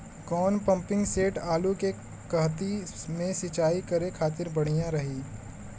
कौन pumping set आलू के कहती मे सिचाई करे खातिर बढ़िया रही?